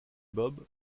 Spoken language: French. bob